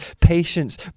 Patience